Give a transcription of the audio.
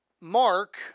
Mark